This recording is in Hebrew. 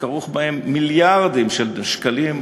שכרוכים בהם מיליארדים של שקלים,